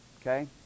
Okay